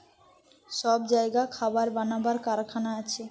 সব জাগায় খাবার বানাবার কারখানা আছে